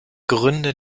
gründe